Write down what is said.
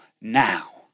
now